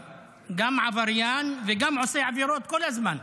גם עבריין וגם עושה עבירות כל הזמן,